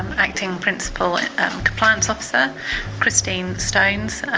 acting principal compliance officer christine stones,